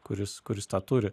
kuris kuris tą turi